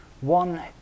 One